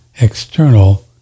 external